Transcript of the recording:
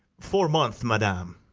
four month, madam.